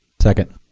second.